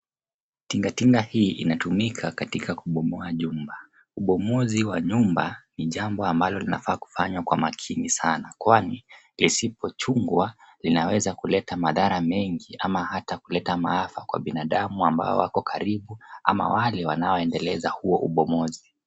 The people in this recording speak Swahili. Tingatinga hii inatumika katika kubomoa jumba. Ubomozi wa nyumba ni jambo ambalo linafaa kufanywa kwa makini sana kwani lisipochungwa linaweza kuleta madhara mengi ama hata kuleta maafa kwa binadamu ambao wako karibu ama wale wanaoendeleza huo ubomozi.